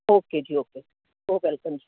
okay ਜੀ okay so welcome ਜੀ